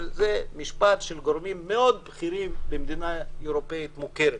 אבל זה משפט שנשמע מפי גורמים מאוד בכירים במדינה אירופית מוכרת.